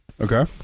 Okay